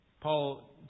Paul